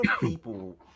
people